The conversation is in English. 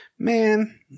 Man